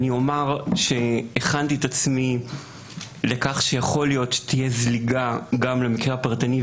אני אומר שהכנתי את עצמי לכך שיכול להיות שתהיה זליגה גם למקרה הפרטני,